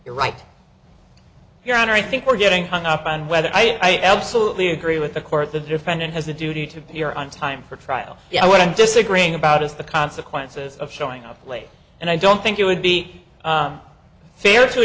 your right your honor i think we're getting hung up on whether i absolutely agree with the court the defendant has a duty to be here on time for trial yet what i'm disagreeing about is the consequences of showing up late and i don't think it would be fair to a